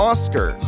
Oscar